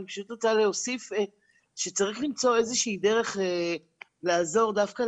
אני פשוט רוצה להוסיף שצריך למצוא איזה שהיא דרך לעזור דווקא